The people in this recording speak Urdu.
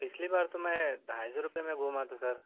پچھلی بار تو میں ڈھائی سو روپئے میں گھوما تھا سر